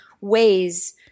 ways